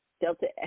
Delta